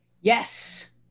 Yes